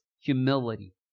humility